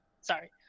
Sorry